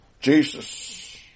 Jesus